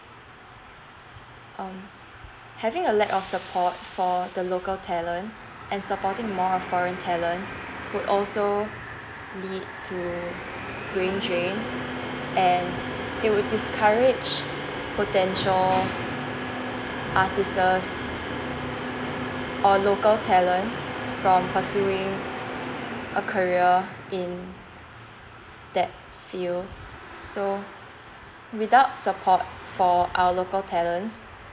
um having a lack of support for the local talent and supporting more of foreign talent would also lead to brain drain and it will discourage potential artists or local talent from pursuing a career in that field so without support for our local talents